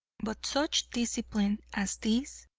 but such discipline as this!